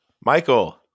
michael